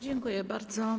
Dziękuję bardzo.